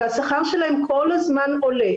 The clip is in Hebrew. והשכר שלהם כל הזמן עולה,